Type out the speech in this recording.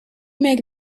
make